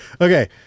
Okay